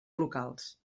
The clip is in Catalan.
locals